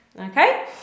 Okay